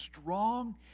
strong